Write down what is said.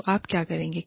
तो आप क्या करोगे